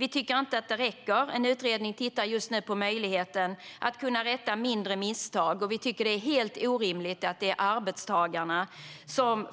Vi tycker inte att det räcker. En utredning tittar just nu på möjligheten att rätta mindre misstag. Vi tycker att det är helt orimligt att det är arbetstagarna som